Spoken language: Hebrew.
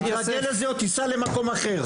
אתה תתרגל לזה או תיסע למקום אחר.